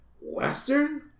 Western